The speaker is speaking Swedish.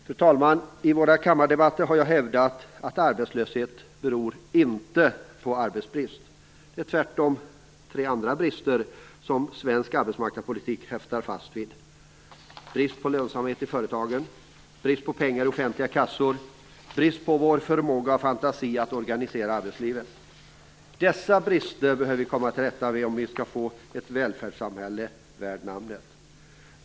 Fru talman! I våra kammardebatter har jag hävdat att arbetslöshet inte beror på arbetsbrist. Det är tvärtom tre andra brister som svensk arbetsmarknadspolitik häftar fast vid: brist på lönsamhet i företagen, brist på pengar i offentliga kassor, brist på vår förmåga och fantasi att organisera arbetslivet. Dessa brister behöver vi komma till rätta med om vi skall få ett välfärdssamhälle värt namnet.